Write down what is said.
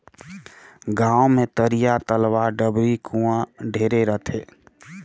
गांव मे तरिया, तलवा, डबरी, कुआँ ढेरे रथें